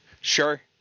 Sure